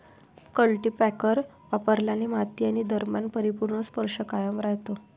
cultipacker वापरल्याने माती आणि दरम्यान परिपूर्ण स्पर्श कायम राहतो